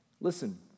Listen